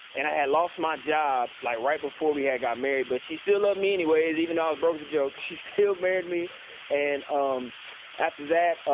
and i had lost my job, like right before we had got married but she still loved ah me anyways, even though i was broke as a joke, she still married me and um after that,